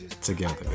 together